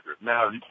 Now